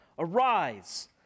Arise